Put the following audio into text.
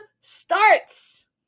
starts